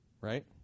Right